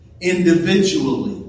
Individually